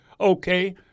Okay